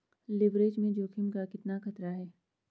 Leverage में जोखिम का कितना खतरा है?